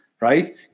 Right